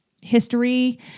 history